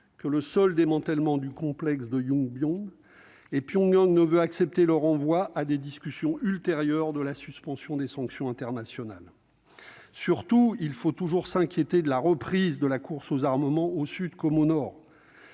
que le seul démantèlement du complexe de Yongbyon. Pyongyang ne peut accepter le renvoi à des discussions ultérieures de la suspension des sanctions internationales. Surtout, la reprise de la course aux armements, au sud comme au nord,